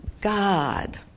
God